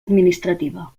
administrativa